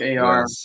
ar